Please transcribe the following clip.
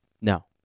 No